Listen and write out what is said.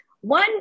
one